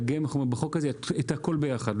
צריך לעגן בחוק הזה את הכול ביחד.